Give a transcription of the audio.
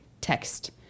text